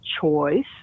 choice